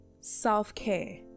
self-care